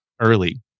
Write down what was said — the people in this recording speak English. early